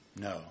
No